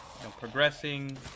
progressing